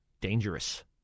dangerous